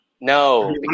No